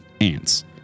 ants